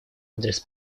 адрес